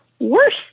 worse